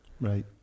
Right